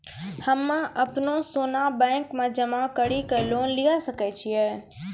हम्मय अपनो सोना बैंक मे जमा कड़ी के लोन लिये सकय छियै?